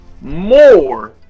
More